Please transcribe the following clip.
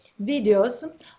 videos